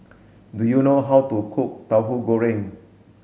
do you know how to cook Tahu Goreng